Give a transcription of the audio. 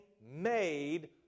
made